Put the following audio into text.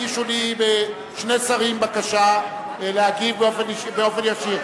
הגישו לי שני שרים בקשה להגיב באופן ישיר,